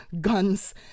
guns